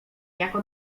jako